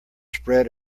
spread